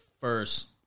first